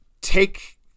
take